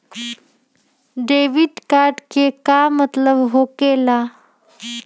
Debit card के का मतलब होकेला?